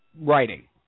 writing